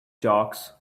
jocks